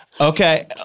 Okay